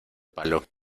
palo